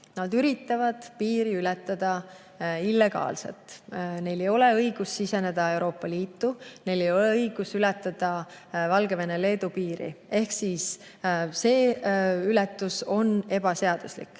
nad üritavad piiri ületada illegaalselt. Neil ei ole õigust siseneda Euroopa Liitu, neil ei ole õigust ületada Valgevene-Leedu piiri. Ehk see ületus on ebaseaduslik.